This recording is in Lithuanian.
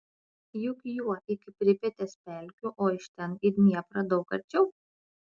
juk juo iki pripetės pelkių o iš ten į dnieprą daug arčiau